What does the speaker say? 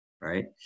right